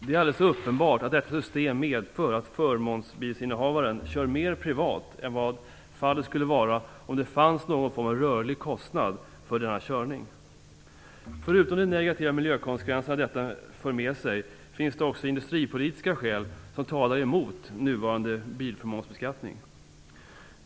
Det är alldeles uppenbart att detta system medför att förmånsbilinnehavaren kör mer privat än vad fallet skulle vara om det fanns någon form av rörlig kostnad för denna körning. Förutom de negativa miljökonsekvenser som detta för med sig finns det också industripolitiska skäl som talar emot nuvarande bilförmånsbeskattning.